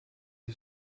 die